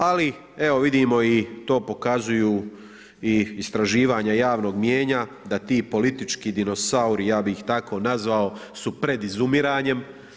Ali evo, vidimo i to pokazuju i istraživanja javnog mnijenja da ti politički dinosauri, ja bih ih tako nazvao, su pred izumiranjem.